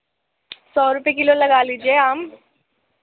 سو روپیے کلو لگا لیجیے آم